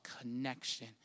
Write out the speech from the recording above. connection